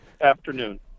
afternoon